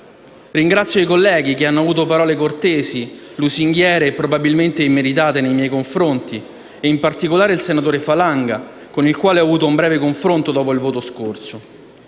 Ringrazio i colleghi che hanno avuto parole cortesi, lusinghiere e probabilmente immeritate nei miei confronti e in particolare il senatore Falanga, con il quale ho avuto un breve confronto dopo il voto scorso.